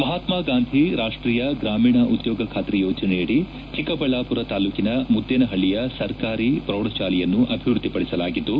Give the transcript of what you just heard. ಮಹಾತ್ಮಾಂಧಿ ರಾಷ್ಟೀಯ ಗ್ರಾಮೀಣ ಉದ್ಯೋಗ ಖಾತ್ರಿ ಯೋಜನೆಯಡಿ ಚಿಕ್ಕಬಳ್ಳಾಪುರ ತಾಲೂಕನ ಮುದ್ದೇನಪಳ್ಳಯ ಸರ್ಕಾರಿ ಪ್ರೌಢಶಾಲೆಯನ್ನು ಅಭಿವೃದ್ಧಿಪಡಿಸಲಾಗಿದ್ದು